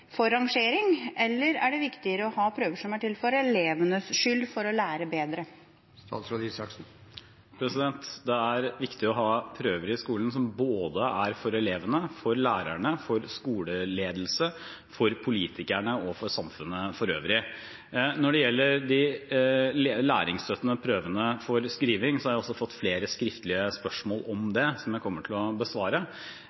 eller er det viktigere å ha prøver som er til for elevenes skyld, for at de skal lære bedre? Det er viktig å ha prøver i skolen som er både for elevene, for lærerne, for skoleledelse, for politikerne og for samfunnet for øvrig. Når det gjelder de læringsstøttende prøvene for skriving, har jeg også fått flere skriftlige spørsmål om